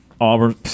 Auburn